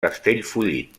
castellfollit